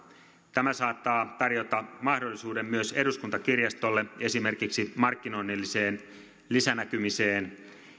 tämä saattaa tarjota mahdollisuuksia myös eduskuntakirjastolle esimerkiksi markkinoinnilliseen lisänäkymiseen